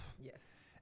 Yes